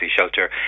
shelter